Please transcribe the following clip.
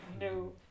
no